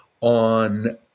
on